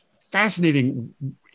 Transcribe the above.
fascinating